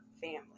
family